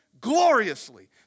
gloriously